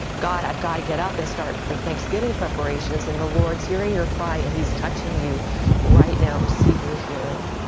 god, i've got to get up and start the thanksgiving preparations. and the lord is hearing your cry and he is touching you right now. receive your healing.